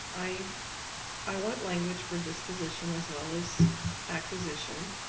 i i want language for disposition as well as acquisition.